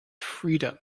freedom